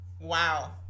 wow